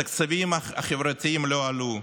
התקציבים החברתיים לא עלו,